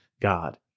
God